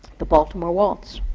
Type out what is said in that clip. the baltimore waltz,